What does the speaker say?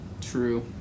True